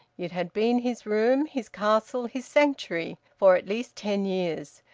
it had been his room, his castle, his sanctuary, for at least ten years,